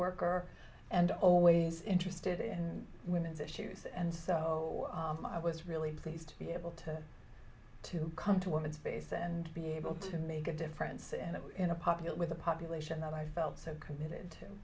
worker and always interested in women's issues and so i was really pleased to be able to to come to woman's face and be able to make a difference in a popular with a population that i felt so committed to